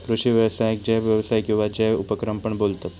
कृषि व्यवसायाक जैव व्यवसाय किंवा जैव उपक्रम पण बोलतत